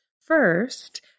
First